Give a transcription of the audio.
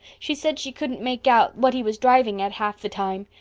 she said she couldn't make out what he was driving at half the time.